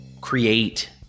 create